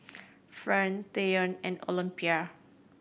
Fern Treyton and Olympia